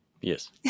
Yes